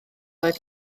oedd